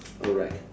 alright